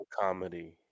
comedy